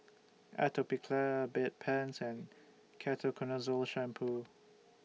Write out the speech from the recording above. Atopiclair Bedpans and Ketoconazole Shampoo